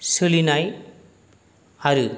सोलिनाय आरो